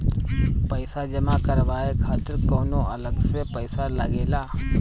पईसा जमा करवाये खातिर कौनो अलग से पईसा लगेला?